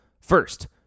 First